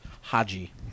Haji